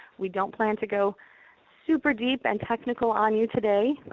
we don't plan to go super deep and technical on you today,